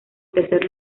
tercer